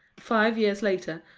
five years later,